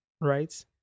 right